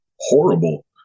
horrible